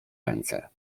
ręce